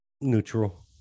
Neutral